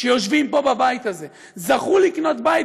שיושבים פה בבית הזה זכו לקנות בית,